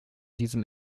diesem